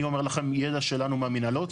אני אומר לכם מידע שלנו מהמנהלות.